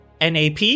NAP